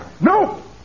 Nope